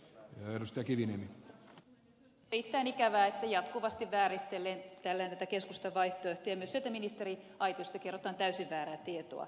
on erittäin ikävää että jatkuvasti vääristellään tätä keskustan vaihtoehtoa ja myös sieltä ministeriaitiosta kerrotaan täysin väärää tietoa